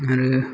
आरो